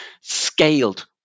Scaled